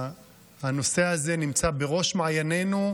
הנושא הזה נמצא בראש מעיינינו,